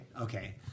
okay